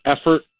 effort